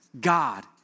God